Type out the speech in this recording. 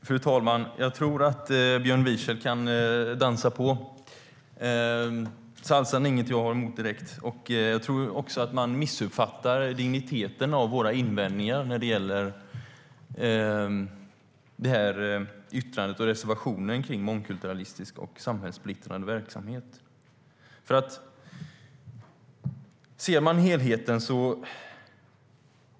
Fru talman! Jag tror att Björn Wiechel kan dansa på. Jag har ingenting emot salsa. Man missuppfattar digniteten i våra invändningar i reservationen om mångkulturalistisk och samhällssplittrande verksamhet. Låt oss se på helheten.